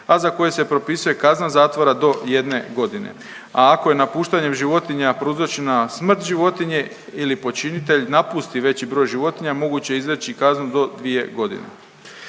a za koje se propisuje kazna zatvora do jedne godine. A ako je napuštanjem životinja prouzročena smrt životinje ili počinitelj napusti veći broj životinja moguće je izreći kaznu do dvije godine.